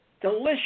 Delicious